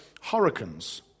hurricanes